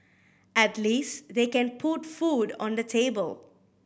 at least they can put food on the table